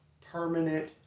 permanent